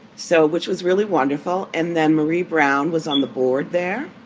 so which was really wonderful. and then marie brown was on the board there